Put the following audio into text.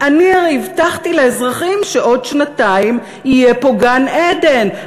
'אני הרי הבטחתי לאזרחים שבעוד שנתיים יהיה פה גן-עדן'".